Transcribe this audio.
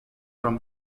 from